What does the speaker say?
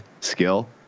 skill